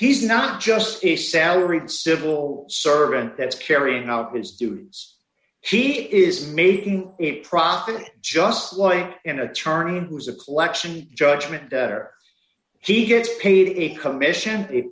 he's not just a salaried civil servant that's carrying out his students he is making a profit just like an attorney who's a collection judgment or he gets paid a commission